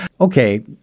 Okay